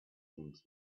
seemed